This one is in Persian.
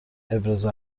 ابراز